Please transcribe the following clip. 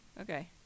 okay